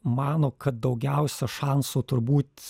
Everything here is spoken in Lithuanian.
mano kad daugiausia šansų turbūt